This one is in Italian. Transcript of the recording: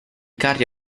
carri